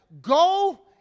go